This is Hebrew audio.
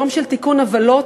יום של תיקון עוולות,